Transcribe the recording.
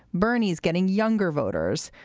bernie is getting younger voters.